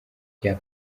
bya